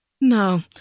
No